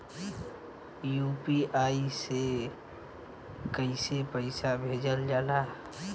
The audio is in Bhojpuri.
यू.पी.आई से कइसे पैसा भेजल जाला?